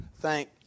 thank